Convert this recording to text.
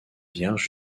vierge